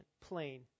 plane